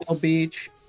Beach